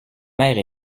mère